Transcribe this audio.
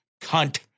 cunt